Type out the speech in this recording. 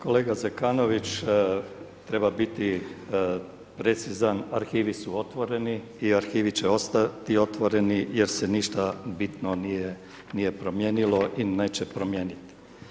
Kolega Zekanović, treba biti precizan, arhivi su otvoreni i arhivi će ostati otvoreni jer se ništa bitno nije promijenilo i neće promijeniti.